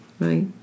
right